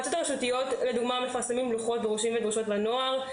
המועצות הרשותיות מפרסמות לוחות דרושים ודרושות לנוער,